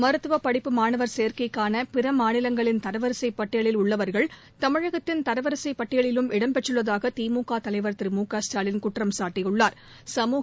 மருத்துவபடிப்பு மாணவர் சேர்க்கைக்கானபிறமாநிலங்களின் தரவரிசைப் பட்டியலில் உள்ளவர்கள் தமிழகத்தின் தரவரிசைப் பட்டியலிலும் இடம் பெற்றுள்ளதாகதிமுகதலைவர் திரு குற்றம்சாட்டியுள்ளாா்